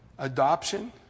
Adoption